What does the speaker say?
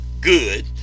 good